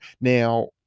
Now